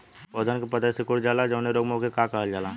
पौधन के पतयी सीकुड़ जाला जवने रोग में वोके का कहल जाला?